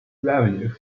revenues